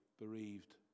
bereaved